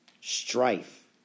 strife